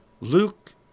Luke